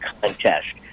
contest